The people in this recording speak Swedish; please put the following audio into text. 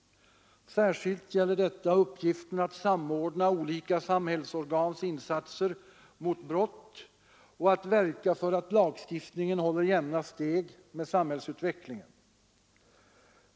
Särskilt gäller detta uppgiften att samordna olika samhällsorgans insatser mot brott och att verka för att lagstiftningen håller jämna steg med samhällsutvecklingen.